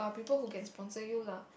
people who can sponsor you lah